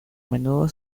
menudo